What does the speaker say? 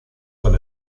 con